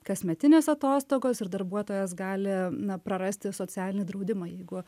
kasmetinės atostogos ir darbuotojas gali na prarasti socialinį draudimą jeigu